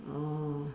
oh